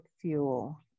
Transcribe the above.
fuel